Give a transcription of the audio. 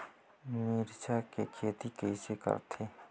मिरचा के खेती कइसे करथे?